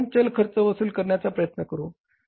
प्रथम आपण चल खर्च वसूल करण्याचा प्रयत्न करू